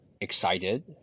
excited